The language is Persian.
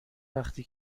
وقتی